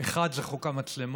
האחד זה חוק המצלמות